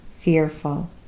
fearful